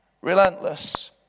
relentless